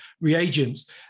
reagents